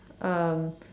um